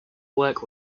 work